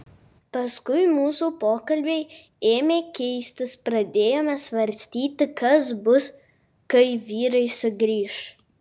paskui mūsų pokalbiai ėmė keistis pradėjome svarstyti kas bus kai vyrai sugrįš